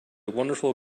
wonderful